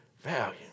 value